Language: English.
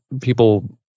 people